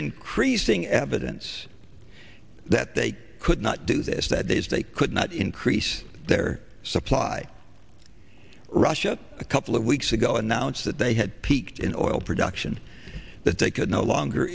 increasing evidence that they could not do this that is they could not increase their supply russia a couple of weeks ago announced that they had peaked in oil production that they could no longer